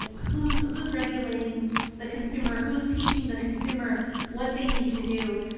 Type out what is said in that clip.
who is who is regulating the consumer, who is teaching the consumer what they need to do.